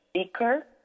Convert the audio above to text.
speaker